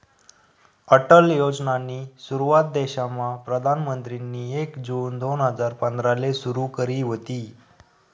अटल योजनानी सुरुवात देशमा प्रधानमंत्रीनी एक जून दोन हजार पंधराले सुरु करी व्हती